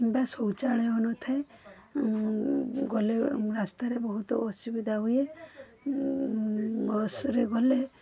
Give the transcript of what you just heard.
କିମ୍ବା ଶୌଚାଳୟ ନଥାଏ ଗଲେ ରାସ୍ତାରେ ବହୁତ ଅସୁବିଧା ହୁଏ ବସ୍ରେ ଗଲେ